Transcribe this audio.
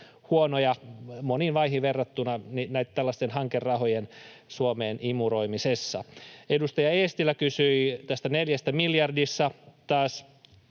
huonoja moniin maihin verrattuna näiden tällaisten hankerahojen Suomeen imuroimisessa. Edustaja Eestilä kysyi taas tästä neljästä miljardista.